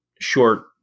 short